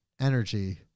energy